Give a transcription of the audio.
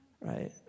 right